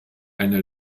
eine